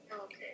Okay